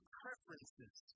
preferences